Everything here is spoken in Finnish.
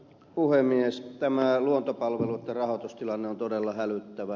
tämä luontopalveluitten rahoitustilanne on todella hälyttävä